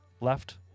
left